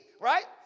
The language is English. right